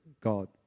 God